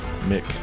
Mick